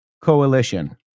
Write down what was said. coalition